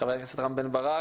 חבר הכנסת רם בן ברק